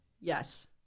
Yes